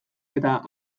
eta